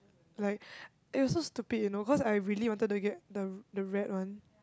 like it was so stupid you know cause I really wanted to get the the red one